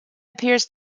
appears